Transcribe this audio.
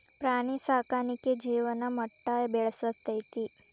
ಪ್ರಾಣಿ ಸಾಕಾಣಿಕೆ ಜೇವನ ಮಟ್ಟಾ ಬೆಳಸ್ತತಿ